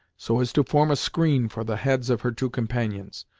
so as to form a screen for the heads of her two companions.